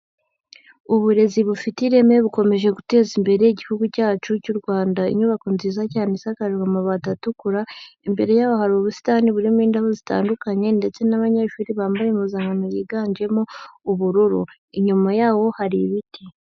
Uburezi bufite ireme bukomeje guteza imbere Igihugu cyacu cy'u Rwanda. Inyubako nziza cyane isakajwe amabati atukura, imbere yaho hari ubusitani burimo indabo zitandukanye ndetse n'abanyeshuri bambaye impuzankano yiganjemo ubururu, inyuma yaho hari ibiti.